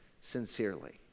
sincerely